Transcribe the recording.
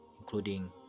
including